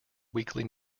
weekly